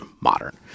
modern